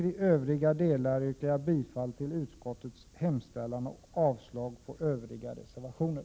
I övriga delar yrkar jag bifall till utskottets hemställan och avslag på övriga reservationer.